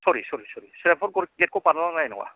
सरि सरि सरि श्रीरामपुर गेटखौ बारलांनांनाय नङा